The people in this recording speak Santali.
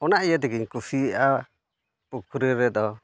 ᱚᱱᱟ ᱤᱭᱟᱹ ᱛᱮᱜᱮᱧ ᱠᱩᱥᱤᱭᱟᱜᱼᱟ ᱯᱩᱠᱷᱨᱤ ᱨᱮᱫᱚ